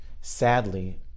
sadly